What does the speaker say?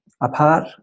apart